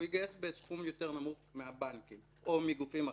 הוא יגייס בסכום יותר נמוך מהבנקים או מגופים אחרים.